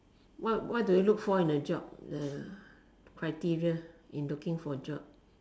what do you look for in the job the criteria for looking for a job